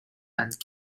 and